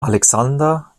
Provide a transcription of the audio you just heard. alexander